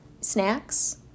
snacks